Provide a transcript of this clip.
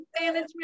management